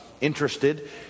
interested